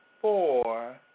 four